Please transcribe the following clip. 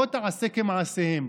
לא תעשה כמעשיהם,